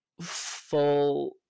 full